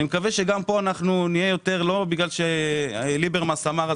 אני מקווה שגם כאן נהיה במצב כזה ולא בגלל שליברמן אמר,